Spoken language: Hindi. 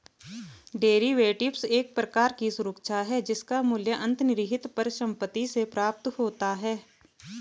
डेरिवेटिव्स एक प्रकार की सुरक्षा है जिसका मूल्य अंतर्निहित परिसंपत्ति से प्राप्त होता है